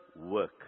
work